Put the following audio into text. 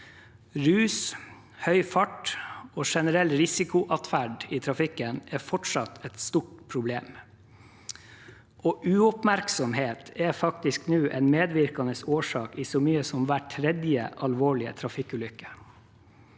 Rus, høy fart og generell risikoatferd i trafikken er fortsatt et stort problem, og uoppmerksomhet er nå faktisk en medvirkende årsak i så mye som hver tredje alvorlige trafikkulykke.